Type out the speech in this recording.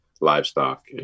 livestock